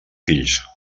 fills